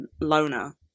loner